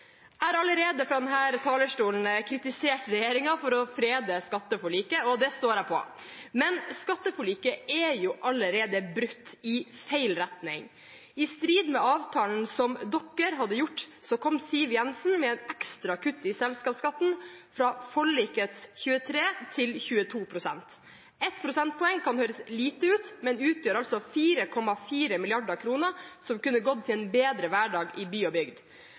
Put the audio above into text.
Jeg har allerede fra denne talerstolen kritisert regjeringen for å frede skatteforliket, og det står jeg ved, men skatteforliket er jo allerede brutt – i feil retning. I strid med avtalen som man hadde gjort, kom Siv Jensen med et ekstra kutt i selskapsskatten, fra forlikets 23 til 22 pst. Ett prosentpoeng kan høres lite ut, men utgjør altså 4,4 mrd. kr, som kunne gått til en bedre hverdag i by og bygd.